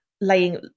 laying